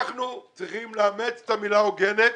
אנחנו צריכים לאמץ את המילה הוגנת